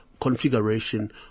configuration